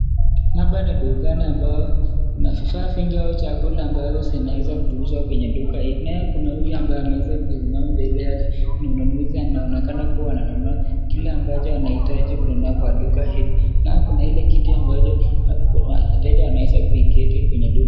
Dukani ambayo kuna vifaa vingi au chakula ambayo zinaweza kuuzwa. Kuna yule ambaye ameweza kusismama mbele yake ni mnunuzi anaoneka kuwa anunua kile ambacho anahitaji kwa hili duka. Pia kuna kiti ambacho wateja wanaweza kuketi.